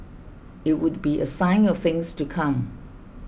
it would be a sign of things to come